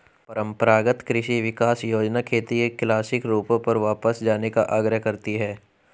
परम्परागत कृषि विकास योजना खेती के क्लासिक रूपों पर वापस जाने का आग्रह करती है